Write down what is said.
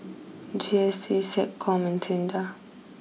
G S T SecCom and SINDA